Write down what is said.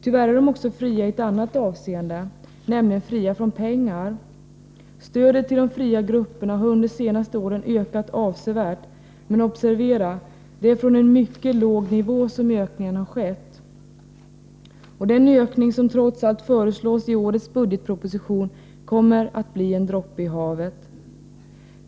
Tyvärr är de också fria i ett annat avseende, nämligen fria från pengar. Stödet till de fria grupperna har under de senaste åren ökat avsevärt, men — observera! — ökningen har skett från en mycket låg nivå. Den ökning som föreslås i årets bugetproposition kommer att bli en droppe i havet.